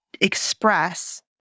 express